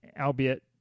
albeit